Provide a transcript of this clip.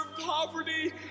poverty